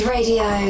Radio